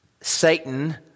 Satan